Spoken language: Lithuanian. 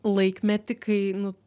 laikmety kai nu